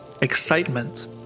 Excitement